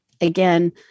Again